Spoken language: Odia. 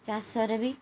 ଚାଷରେ ବି